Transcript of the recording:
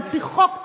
על פי חוק,